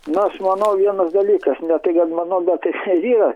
nu aš manau vienas dalykas ne tai kad manau bet taip ir yra